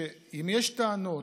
שאם יש טענות,